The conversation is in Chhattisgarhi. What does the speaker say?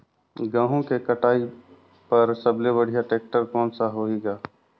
गहूं के कटाई पर सबले बढ़िया टेक्टर कोन सा होही ग?